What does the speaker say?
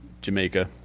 Jamaica